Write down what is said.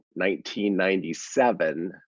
1997